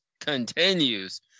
continues